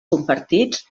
compartits